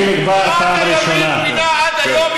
רק הימין פינה עד היום יישובים יהודיים.